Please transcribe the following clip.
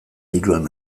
hiruan